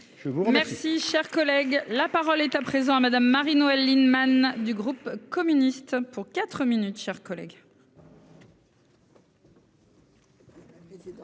Si cher collègue, la parole est à présent à Madame Marie-Noëlle Lienemann du groupe. Communiste pour quatre minutes, chers collègues.